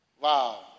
Wow